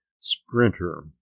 sprinter